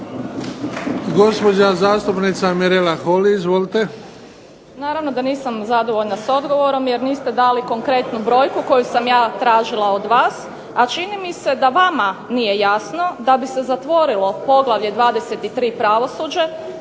Gospođa zastupnica MIrela Holy. **Holy, Mirela (SDP)** Naravno da nisam zadovoljna s odgovorom jer niste dali konkretnu brojku koju sam ja tražila od vas, a čini mi se da vama nije jasno da bi se zatvorilo poglavlje 23. pravosuđe